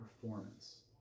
performance